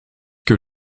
que